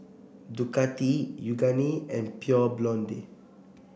Ducati Yoogane and Pure Blonde